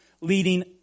leading